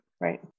Right